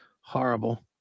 Horrible